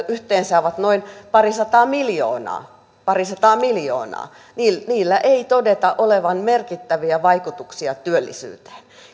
yhteensä ovat noin parisataa miljoonaa parisataa miljoonaa ei todeta olevan merkittäviä vaikutuksia työllisyyteen